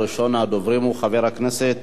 ראשון הדוברים הוא חבר הכנסת